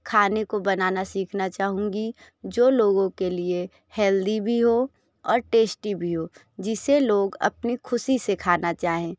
खाने को बनाना सीखना चाहूँगी जो लोगों के लिए हेल्दी भी हो और टेस्टी भी हो जिसे लोग अपनी खुशी से खाना चाहें